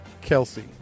Kelsey